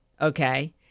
Okay